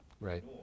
Right